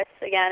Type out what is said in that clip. again